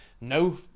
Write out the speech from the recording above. no